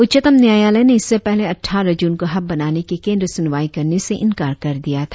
उच्चतम न्यायालय ने इससे पहले अट्ठारह जून को हब बनाने के केंद्र सुनवाई करने से इनकार कर दिया था